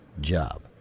job